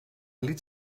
liet